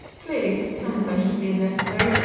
clearly, some pungency is necessary,